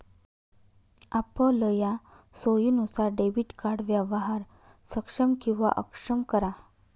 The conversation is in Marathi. आपलया सोयीनुसार डेबिट कार्ड व्यवहार सक्षम किंवा अक्षम करा